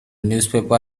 newspaper